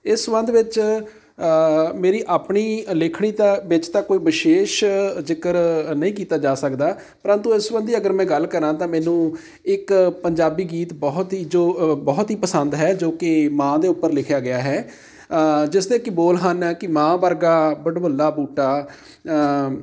ਇਸ ਸੰਬੰਧ ਵਿੱਚ ਮੇਰੀ ਆਪਣੀ ਲਿਖਣੀ ਤਾਂ ਵਿੱਚ ਤਾਂ ਕੋਈ ਵਿਸ਼ੇਸ਼ ਜ਼ਿਕਰ ਨਹੀਂ ਕੀਤਾ ਜਾ ਸਕਦਾ ਪਰੰਤੂ ਇਸ ਸੰਬੰਧੀ ਅਗਰ ਮੈਂ ਗੱਲ ਕਰਾਂ ਤਾਂ ਮੈਨੂੰ ਇੱਕ ਪੰਜਾਬੀ ਗੀਤ ਬਹੁਤ ਹੀ ਜੋ ਬਹੁਤ ਹੀ ਪਸੰਦ ਹੈ ਜੋ ਕਿ ਮਾਂ ਦੇ ਉੱਪਰ ਲਿਖਿਆ ਗਿਆ ਹੈ ਜਿਸਦੇ ਕਿ ਬੋਲ ਹਨ ਕਿ ਮਾਂ ਵਰਗਾ ਵਡਮੁੱਲਾ ਬੂਟਾ